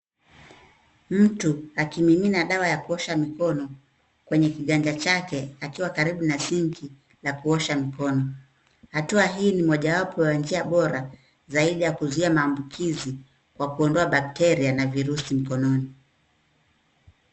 Mtu akimimina dawa ya kuosha mikono kwenye kiganja chake akiwa karibu na sink la kuosha mikono. Hatua hii ni mojawapo wa njia bora zaidi ya kuzuia maambukizi kwa kuondoa bakteria na virusi mkononi.